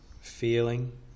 feeling